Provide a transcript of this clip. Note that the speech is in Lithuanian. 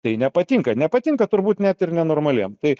tai nepatinka nepatinka turbūt net ir nenormaliem tai